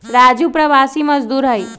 राजू प्रवासी मजदूर हई